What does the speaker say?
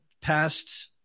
past